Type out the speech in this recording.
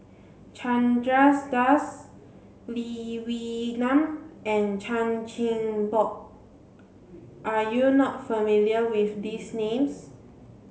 Chandra Das Lee Wee Nam and Chan Chin Bock are you not familiar with these names